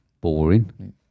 Boring